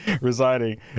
residing